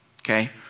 okay